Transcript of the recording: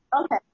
Okay